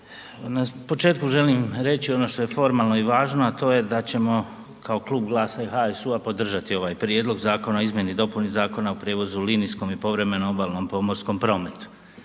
Na početku želim reći ono što je formalno i važno a to je da ćemo kao klub GLAS-a i HSU-a podržati ovaj Prijedlog zakona o Izmjeni i dopuni Zakona o prijevozu linijskom i povremenom obalnom i pomorskom prometu,